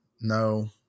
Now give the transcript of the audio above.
No